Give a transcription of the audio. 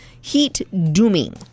Heat-dooming